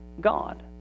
God